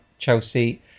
Chelsea